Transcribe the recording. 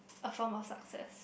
a form of success